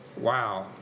Wow